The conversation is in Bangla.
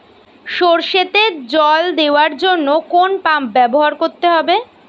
সরষেতে জল দেওয়ার জন্য কোন পাম্প ব্যবহার করতে হবে?